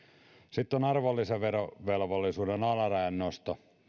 sitten on arvonlisäverovelvollisuuden alarajan nosto